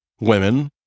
women